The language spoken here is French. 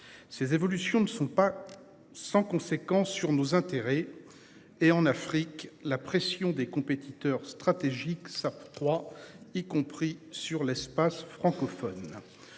ces évolutions ne sont pas sans conséquences sur nos intérêts et en Afrique. La pression des compétiteurs stratégique ça trois y compris sur l'espace francophone.